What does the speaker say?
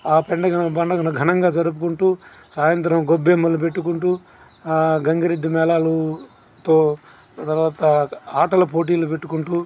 ఆ పండగను పండగను ఘనంగా జరుపుకుంటు సాయంత్రం గొబ్బెమ్మలు పెట్టుకుంటూ గంగిరెద్దు మేళాలతో తరవాత ఆటల పోటీలు పెట్టుకుంటూ